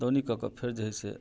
दौनी कऽके फेर जे है से